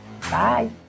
Bye